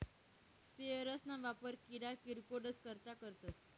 sprayers ना वापर किडा किरकोडस करता करतस